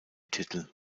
titel